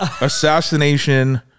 Assassination